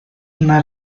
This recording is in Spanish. una